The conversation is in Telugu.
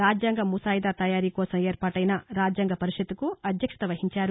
రాజ్యాంగ ముసాయిదా తయారీ కోసం ఏర్పాటైన రాజ్యాంగ పరిషత్తుకు అధ్యక్షత వహించారు